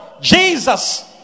Jesus